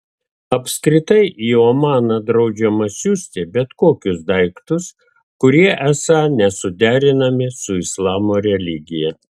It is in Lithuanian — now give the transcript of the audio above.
apskritai į omaną draudžiama siųsti bet kokius daiktus kurie esą nesuderinami su islamo religija